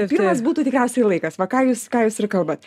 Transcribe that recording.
pirmas būtų tikriausiai laikas va ką jūs ką jūs ir kalbat